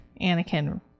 anakin